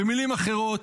במילים אחרות: